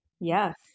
Yes